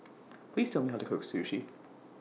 Please Tell Me How to Cook Sushi